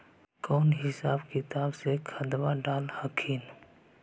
कौन हिसाब किताब से खदबा डाल हखिन?